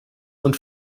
und